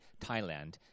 Thailand